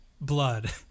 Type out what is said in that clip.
blood